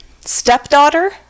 Stepdaughter